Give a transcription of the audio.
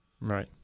right